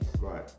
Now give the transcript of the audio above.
Right